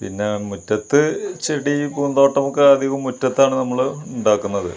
പിന്നെ മുറ്റത്ത് ചെടി പൂന്തോട്ടമൊക്കെ അധികവും മുറ്റത്താണ് നമ്മൾ ഉണ്ടാക്കുന്നത്